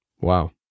Wow